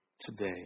today